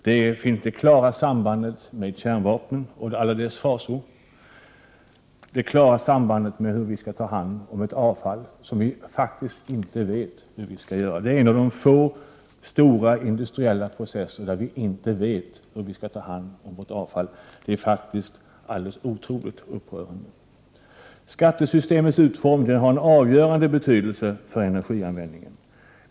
Det finns klara samband med kärnvapen med alla deras fasor. Dessutom vet vi inte hur vi skall ta hand om avfallet. Det är en av de få stora industriella processer vars avfall vi inte vet hur vi skall ta hand om. Det är otroligt upprörande. Skattesystemets utformning har en avgörande betydelse för energianvändningen.